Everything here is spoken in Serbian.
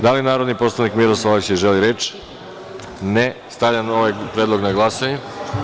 Da li narodni poslanik Miroslav Aleksić želi reč? (Ne.) Stavljam ovaj predlog na glasanje.